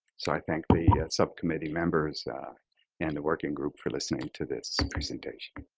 so i think the subcommittee members and the working group are listening to this presentation.